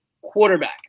quarterback